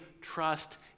trust